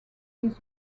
his